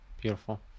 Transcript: Beautiful